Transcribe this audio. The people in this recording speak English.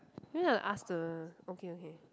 you want to ask the okay okay